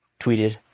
tweeted